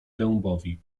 dębowi